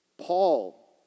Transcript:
Paul